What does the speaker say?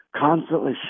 constantly